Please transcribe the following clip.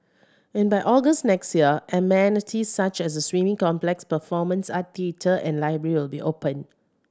and by August next year amenities such as the swimming complex performance art theatre and library will be open